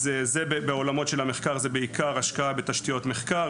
בעולמות של המחקר זה בעיקר השקעה בתשתיות מחקר,